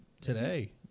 today